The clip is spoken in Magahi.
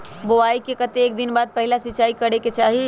बोआई के कतेक दिन बाद पहिला सिंचाई करे के चाही?